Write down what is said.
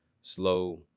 slow